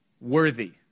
worthy